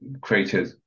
created